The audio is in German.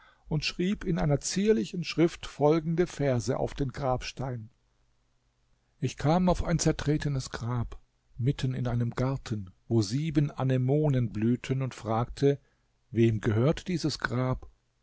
und schrieb in einer zierlichen schrift folgende verse auf den grabstein ich kam auf ein zertretenes grab mitten in einem garten wo sieben anemonen blühten und fragte wem gehört dieses grab